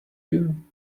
you